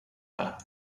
her